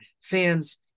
fans